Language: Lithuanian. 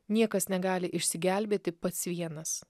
niekas negali išsigelbėti pats vienas